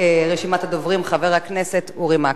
ברשימת הדוברים, חבר הכנסת אורי מקלב.